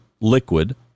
liquid